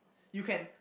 you can